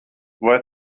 vai